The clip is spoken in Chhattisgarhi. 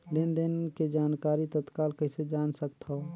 लेन देन के जानकारी तत्काल कइसे जान सकथव?